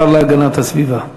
השר להגנת הסביבה.